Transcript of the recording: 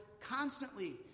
constantly